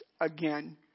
again